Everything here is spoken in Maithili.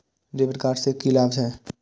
डेविट कार्ड से की लाभ छै?